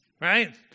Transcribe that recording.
right